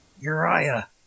Uriah